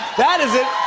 that is